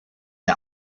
der